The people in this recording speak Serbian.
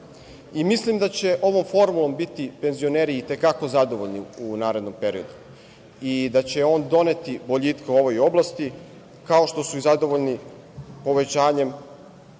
Mislim da će ovom formulom biti penzioneri i te kako zadovoljni u narednom periodu i da će on doneti boljitak u ovoj oblasti, kao što su i zadovoljni povećanjem